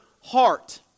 heart